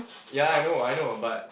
ya I know I know but